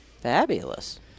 Fabulous